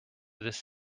this